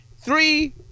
Three